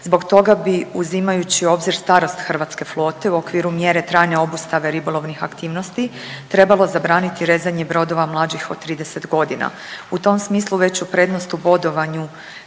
Zbog toga bi, uzimajući u obzir starost hrvatske flote u okviru mjere trajanja obustave ribolovnih aktivnosti trebali zabraniti rezanje brodova mlađih od 30 godina. U tom smislu veću prednost u bodovanju